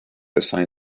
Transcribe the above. assign